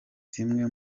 zimwe